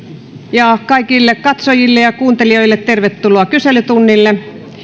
ja kaikille katsojille ja kuuntelijoille tervetuloa kyselytunnille